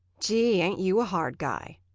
gee, ain't you a hard guy!